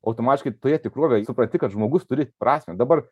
automatiškai toje tikrovėje supranti kad žmogus turi prasmę dabar